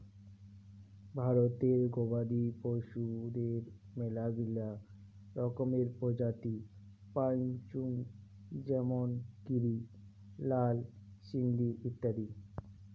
ভারতে গবাদি পশুদের মেলাগিলা রকমের প্রজাতি পাইচুঙ যেমন গিরি, লাল সিন্ধি ইত্যাদি